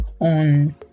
on